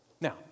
Now